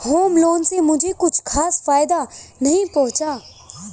home loan से मुझे कुछ खास फायदा नहीं पहुंचा